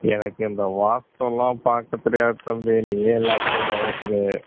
எனக்கு இந்த வாஸ்துலாம் பார்க்கத் தெரியாது தம்பி நீயே எல்லாத்தையும் கவனிச்சிடு